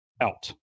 out